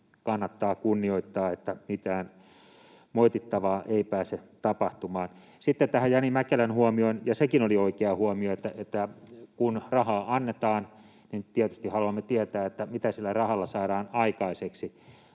kannattaa kunnioittaa, että mitään moitittavaa ei pääse tapahtumaan. Sitten tähän Jani Mäkelän huomioon — ja sekin oli oikea huomio — että kun rahaa annetaan, niin tietysti haluamme tietää, mitä sillä rahalla saadaan aikaiseksi.